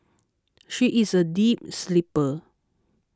she is a deep sleeper